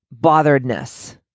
botheredness